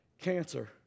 cancer